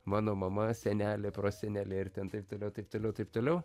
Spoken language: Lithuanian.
mano mama senelė prosenelė ir taip toliau taip toliau taip toliau